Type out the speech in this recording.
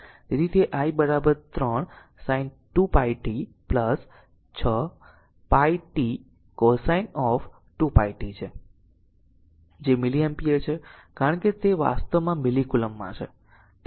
તેથી તે ii 3 sin 2 pi t 6 pi t cosine of 2π t છે જે મિલિ એમ્પીયર છે કારણ કે તે છે તે વાસ્તવમાં મિલિ કૂલોમ્બ માં છે